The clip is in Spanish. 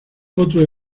otros